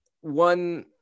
One